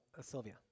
Sylvia